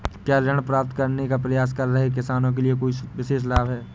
क्या ऋण प्राप्त करने का प्रयास कर रहे किसानों के लिए कोई विशेष लाभ हैं?